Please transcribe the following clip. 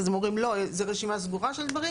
אז הם אומרים לא, זו רשימה סגורה של דברים.